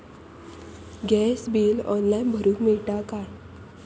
Gas bill online भरुक मिळता काय?